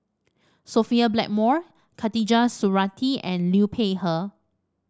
Sophia Blackmore Khatijah Surattee and Liu Peihe